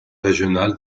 régional